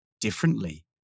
Differently